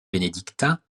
bénédictin